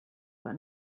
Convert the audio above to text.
but